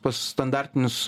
pas standartinius